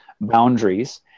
boundaries